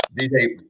DJ